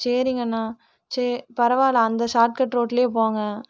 சரிங்கண்ணா சரி பரவாயில்லை அந்த ஷார்ட்கட் ரோட்ல போங்க